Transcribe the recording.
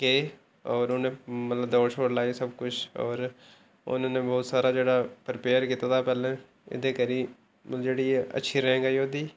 के होर उ'न मतलब दौड़ शौड लाई मतलब कुछ होर उन्होनें बहुत सारा जेह्ड़ा परपेयर कीते हा पैह्लें इं'दे करी जेह्ड़ी अच्छी रैंक आई ओह्दी